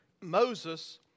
Moses